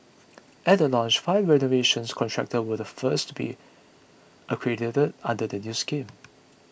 at the launch five renovation contractors were the first to be accredited under the new scheme